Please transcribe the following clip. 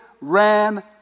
ran